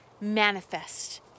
manifest